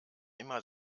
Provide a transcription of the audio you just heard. immer